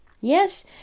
Yes